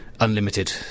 unlimited